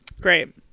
Great